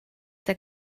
der